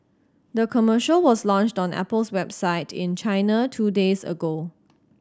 the commercial was launched on Apple's website in China two days ago